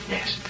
Yes